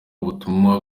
ubutumwa